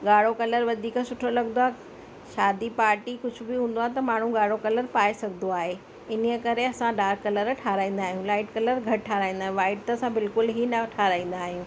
ॻाढ़ो कलर वधीक सुठो लॻंदो आहे शादी पार्टी कुझु बि हूंदो आहे त माण्हू ॻाढ़ो कलर पाए सघंदो आहे इन ई करे असां डार्क कलर ठहिराईंदा आहियूं लाइट कलर घटि ठहिराईंदा आहियूं वाइट त असां बिल्कुल ई न ठहिराईंदा आहियूं